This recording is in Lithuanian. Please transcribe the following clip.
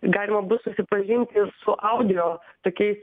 galima bus susipažinti su audio tokiais